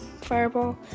fireball